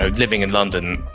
ah living in london,